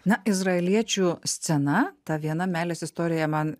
na izraeliečių scena ta viena meilės istorija man